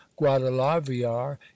guadalaviar